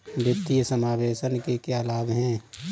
वित्तीय समावेशन के क्या लाभ हैं?